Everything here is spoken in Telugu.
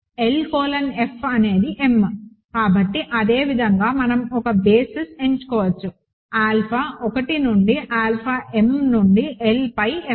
L కోలన్ F అనేది m కాబట్టి అదే విధంగా మనం ఒక బేసిస్ ఎంచుకోవచ్చు ఆల్ఫా 1 నుండి ఆల్ఫా m నుండి L పై F